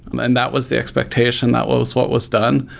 and that was the expectation. that was what was done.